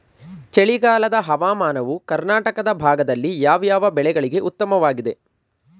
ಚಳಿಗಾಲದ ಹವಾಮಾನವು ಕರ್ನಾಟಕದ ಭಾಗದಲ್ಲಿ ಯಾವ್ಯಾವ ಬೆಳೆಗಳಿಗೆ ಉತ್ತಮವಾಗಿದೆ?